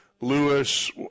Lewis